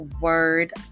word